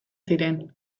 ziren